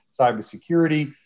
cybersecurity